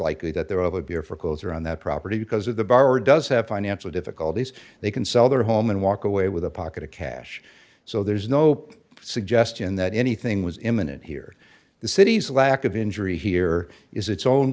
likely that there are other beer for closer on that property because of the borrower does have financial difficulties they can sell their home and walk away with a pocket of cash so there's no suggestion that anything was imminent here the city's lack of injury here is its own